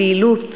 הפעילות